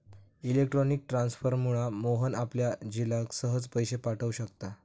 electronic ट्रांसफरमुळा मोहन आपल्या झिलाक सहज पैशे पाठव शकता